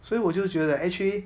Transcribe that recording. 所以我就觉得 actually